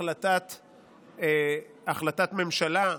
החלטת ממשלה.